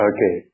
Okay